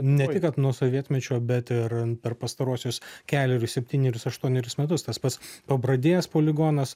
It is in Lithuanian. ne tik kad nuo sovietmečio bet ir per pastaruosius kelerius septynerius aštuonerius metus tas pats pabradės poligonas